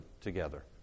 together